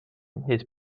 his